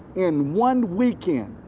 in one weekend,